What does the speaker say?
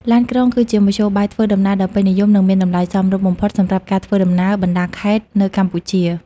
ឡានក្រុងគឺជាមធ្យោបាយធ្វើដំណើរដ៏ពេញនិយម និងមានតម្លៃសមរម្យបំផុតសម្រាប់ការធ្វើដំណើរបណ្ដាខេត្តនៅកម្ពុជា។